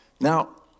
Now